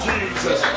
Jesus